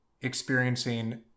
Experiencing